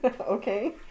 Okay